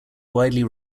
widely